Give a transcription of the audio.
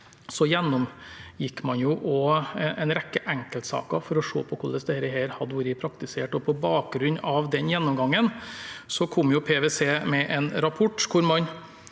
gjennomgikk man også en rekke enkeltsaker for å se på hvordan dette hadde blitt praktisert. På bakgrunn av den gjennomgangen kom PwC med en rapport.